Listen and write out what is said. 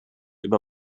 über